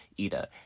Ida